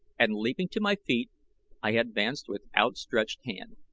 and leaping to my feet i advanced with outstretched hand.